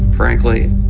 frankly,